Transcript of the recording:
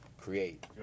create